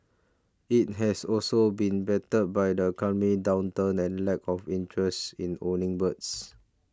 it has also been battered by the downturn and lack of interest in owning birds